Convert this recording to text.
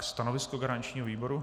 Stanovisko garančního výboru?